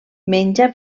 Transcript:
menja